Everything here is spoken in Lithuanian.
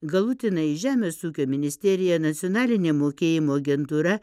galutinai žemės ūkio ministerija nacionalinė mokėjimo agentūra